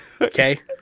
Okay